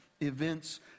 events